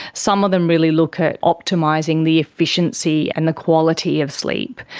some of them really look at optimising the efficiency and the quality of sleep.